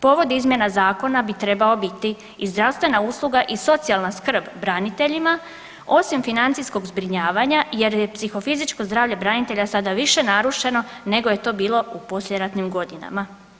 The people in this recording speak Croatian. Povod izmjena zakona bi trebao biti i zdravstvena usluga i socijalna skrb braniteljima osim financijskog zbrinjavanja jer je psihofizičko zdravlje branitelja sada više narušeno nego je to bilo u poslijeratnim godinama.